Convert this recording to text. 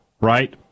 right